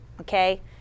okay